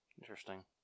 Interesting